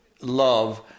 love